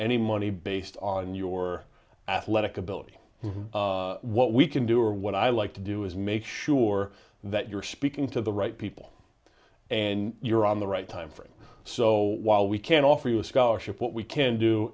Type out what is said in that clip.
any money based on your athletic ability what we can do or what i like to do is make sure that you're speaking to the right people and you're on the right time for it so while we can offer you a scholarship what we can do